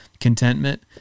contentment